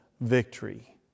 victory